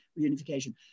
reunification